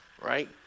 Right